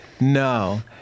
No